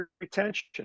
retention